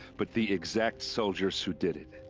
but the exact soldiers who did it.